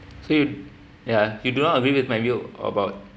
so you ya you do not agree with my view about